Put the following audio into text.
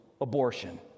abortion